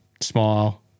smile